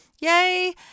Yay